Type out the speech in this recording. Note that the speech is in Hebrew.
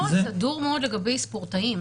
יש נוהל סדור מאוד לגבי ספורטאים.